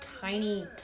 tiny